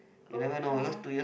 oh car